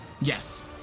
Yes